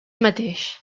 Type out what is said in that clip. mateix